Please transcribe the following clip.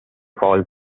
falls